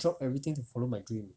drop everything to follow my dream